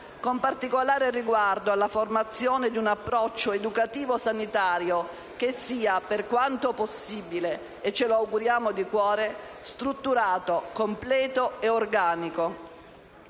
con particolare riguardo alla formazione di un approccio educativo-sanitario che sia, per quanto possibile - ce lo auguriamo di cuore - strutturato, completo e organico.